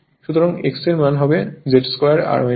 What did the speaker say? সুতরাং X এর মান হয় Z 2 R 2